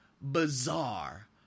bizarre